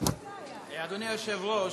אדוני היושב-ראש,